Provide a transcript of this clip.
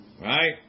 Right